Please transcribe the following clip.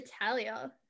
Italia